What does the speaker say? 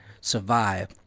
survive